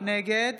נגד